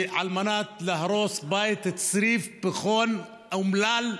על מנת להרוס בית, צריף, פחון אומלל.